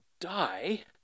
die